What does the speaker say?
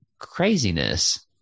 craziness